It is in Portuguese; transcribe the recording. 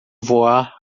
voar